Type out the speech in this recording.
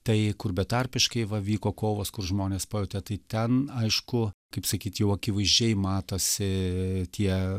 tai kur betarpiškai va vyko kovos kur žmonės pajautė tai ten aišku kaip sakyt jau akivaizdžiai matosi tie